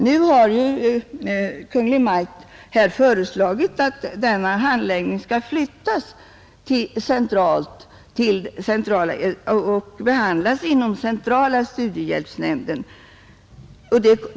Nu har ju Kungl. Maj:t föreslagit att denna handläggning skall ske centralt inom centrala studiehjälpsnämnden.